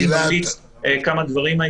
אני אוסיף כמה דברים.